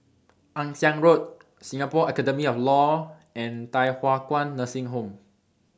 Ann Siang Road Singapore Academy of law and Thye Hua Kwan Nursing Home